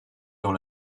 dans